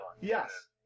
Yes